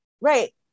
Right